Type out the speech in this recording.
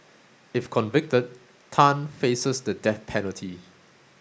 if convicted Tan faces the death penalty